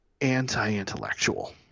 anti-intellectual